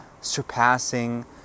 Surpassing